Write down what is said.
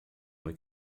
uma